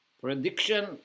Prediction